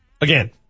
Again